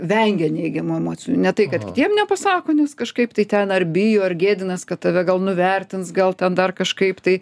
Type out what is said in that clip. vengia neigiamų emocijų ne tai kad kitiem nepasako nes kažkaip tai ten ar bijo ar gėdinas kad tave gal nuvertins gal ten dar kažkaip tai